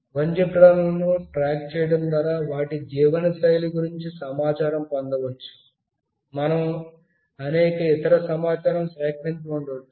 వన్యప్రాణులను track చేయడం ద్వారా వాటి జీవనశైలి గురించి సమాచారం పొందవచ్చు మనం అనేక ఇతర సమాచారం సేకరించి ఉండవచ్చు